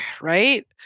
Right